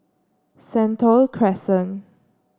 Sentul Crescent